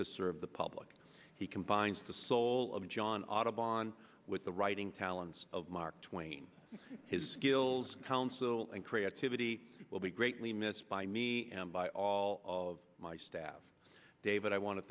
to serve the public he combines the soul of john audubon with the writing talents of mark twain his skills council and creativity will be greatly missed by me and by all of my staff david i want to